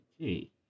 Okay